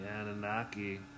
Anunnaki